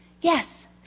Yes